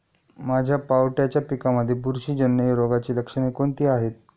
माझ्या पावट्याच्या पिकांमध्ये बुरशीजन्य रोगाची लक्षणे कोणती आहेत?